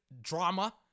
drama